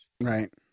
Right